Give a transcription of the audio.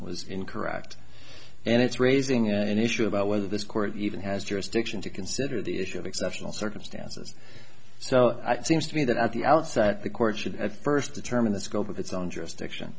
was incorrect and it's raising an issue about whether this court even has jurisdiction to consider the issue of exceptional circumstances so i seems to me that at the outset the court should at first determine the scope of its own jurisdiction